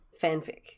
fanfic